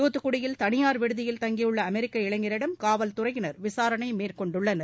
தூத்துக்குடியில் தனியார் விடுதியில் தங்கியுள்ள அமெரிக்க இளைஞரிடம் காவல்துறையினர் விசாரணை மேற்கொண்டுள்ளனர்